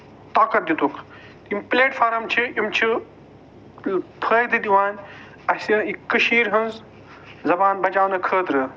طاقت دِتُکھ یِم پٔلیٹ فارٕم چھِ یِم چھِ فٲیدٕ دِوان اَسہِ کٔشیٖر ہٕنٛز زَبان بَچاونہٕ خٲطرٕ